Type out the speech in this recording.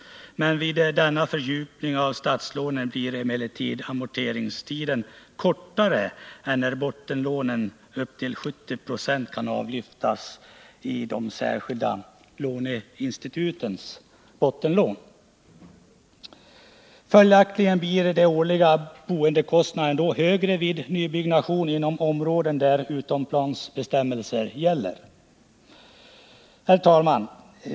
Vid denna fördjupning av statslånen blir emellertid amorteringstiden kortare än när bottenlån upp till 70 96 kan avlyftas i särskilda låneinstituts bottenlån. Följaktligen blir den årliga boendekostnaden högre vid nybyggnation inom områden där utomplansbestämmelser gäller. Herr talman!